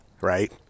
right